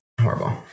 Horrible